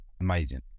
amazing